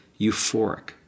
euphoric